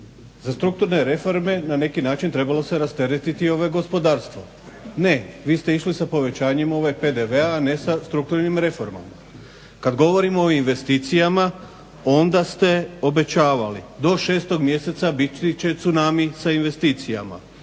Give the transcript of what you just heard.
Za strukturne reforme na neki način trebalo se rasteretiti gospodarstvo. Ne, vi ste išli sa povećanjem PDV-a, ne sa strukturnim reformama. Kad govorimo o investicijama onda ste obećavali, do 6. mjeseca biti će tsunami sa investicijama,